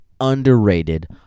underrated